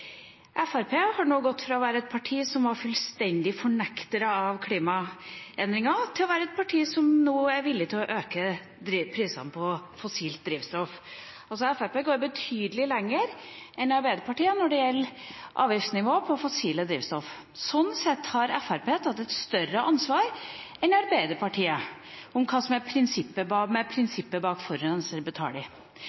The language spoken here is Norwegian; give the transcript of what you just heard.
Fremskrittspartiet har nå gått fra å være et parti som fullstendig har fornektet klimaendringer til å være et parti som nå er villig til å øke prisene på fossilt drivstoff. Fremskrittspartiet går betydelig lenger enn Arbeiderpartiet når det gjelder avgiftsnivå på fossilt drivstoff. Sånn sett har Fremskrittspartiet tatt et større ansvar enn Arbeiderpartiet med hensyn til prinsippet «forurenser betaler». Og sjøl om